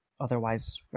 otherwise